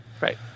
Right